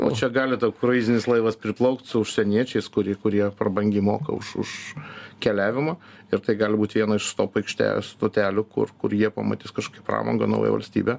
o čia gali tau kruizinis laivas priplaukt su užsieniečiais kuri kurie prabangiai moka už už keliavimą ir tai gali būt viena iš stop aikšte stotelių kur kur jie pamatys kažkokią pramogą naują valstybę